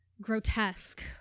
grotesque